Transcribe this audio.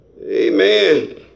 Amen